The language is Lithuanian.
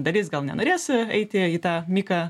dalis gal nenorės eiti į tą miką